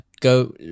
Go